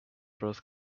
first